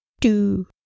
two